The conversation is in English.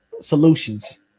solutions